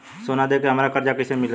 सोना दे के हमरा कर्जा कईसे मिल सकेला?